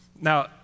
Now